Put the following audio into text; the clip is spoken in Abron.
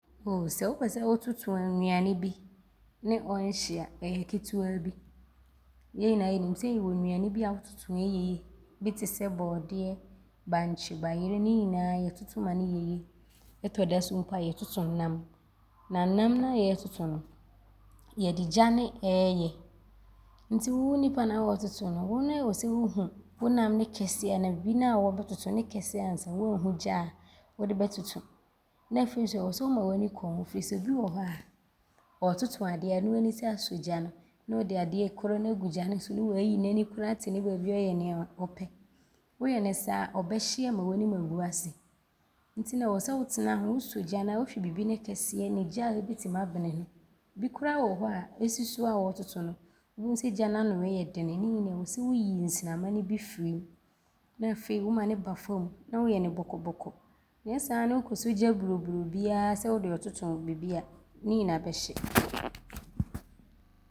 Ooo sɛ wopɛ sɛ wototo nnuane bi ne ɔnhye a, ɔyɛ ketewa bi. Yɛ nyinaa yɛnim sɛ yɛwɔ nnuane bi a wototo a ɔyɛ yie bi te sɛ bɔɔdeɛ, bankye ne bayerɛ ne nyinaa yɛtoto ma ne yɛ yie. Ɔtɔ da so mpo a, yɛtoto nnam na nnam no a yɛɛtoto no, yɛde gya ne ɔɔyɛ nti wo nnipa no a wɔɔtoto no, wo ne ɔwɔ sɛ wohu wo nnam no kɛseɛ anaa bibi no a wɔɔbɛtoto no ne kɛseɛ ansa woaahu gya a wode bɛtoto ne afei so ɔwɔ sɛ woma w’ani kɔ ho firi sɛ bi wɔ hɔ a, ɔɔtoto adeɛ a noadi sɛ asɔ gya ne ɔde ade korɔ no agu gya so waayi n’ani koraa te ne baabi ɔɔyɛ deɛ ɔpɛ. Woyɛ ne saa, ɔbɛhye ama w’anim agu ase nti no ɔwɔ sɛ wotena hoo. Wosɔ gya no a, ɔwɔ sɛ wohwɛ bibi ne kɛseɛ ne gya a ɔbɛtim abene no. Bi koraa wɔ hɔ a, ɔsi so a ɔɔtoto no, wobɛhu sɛ gya no ano ɔɔyɛ dene ne nyinaa ɔwɔ sɛ woyi nsrama ne bi firim ne afei woma ne ba fam ne woyɛ ne bɔkɔbɔkɔ nyɛ saa ne wokɔsɔ gya buroburo biaa sɛ wode ɔɔtoto bibi a, ne nyinaa bɛhye.